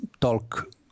talk